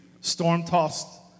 storm-tossed